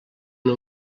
una